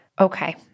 Okay